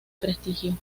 prestigio